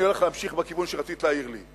אני הולך להמשיך בכיוון שרצית להעיר לי.